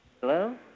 Hello